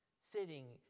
sitting